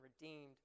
redeemed